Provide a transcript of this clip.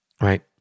right